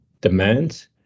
demands